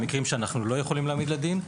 המקרים שבו אנו לא יכולים להעמיד לדין,